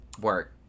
Work